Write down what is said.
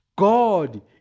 God